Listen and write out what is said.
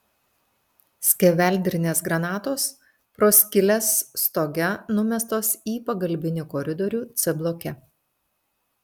skeveldrinės granatos pro skyles stoge numestos į pagalbinį koridorių c bloke